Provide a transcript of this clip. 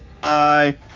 Bye